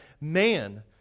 Man